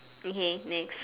okay next